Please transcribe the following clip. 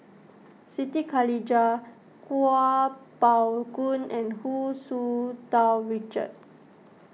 Siti Khalijah Kuo Pao Kun and Hu Tsu Tau Richard